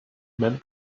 meant